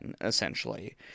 essentially